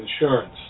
insurance